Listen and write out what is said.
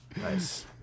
Nice